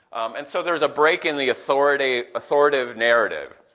and so there's a break in the authoritative authoritative narrative.